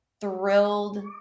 thrilled